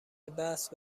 بحث